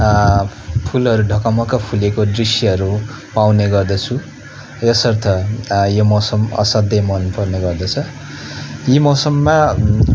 फुलहरू ढकमक्क फुलेको दृश्यहरू पाउने गर्दछु यसर्थ यो मौसम असाध्यै मनपर्ने गर्दछ यी मौसममा